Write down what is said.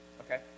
okay